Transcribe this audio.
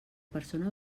persona